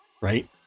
right